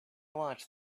watched